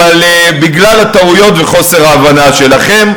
אלא בגלל הטעויות וחוסר ההבנה שלכם,